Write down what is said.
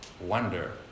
wonder